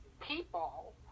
people